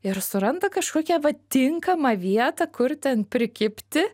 ir suranda kažkokią va tinkamą vietą kur ten prikibti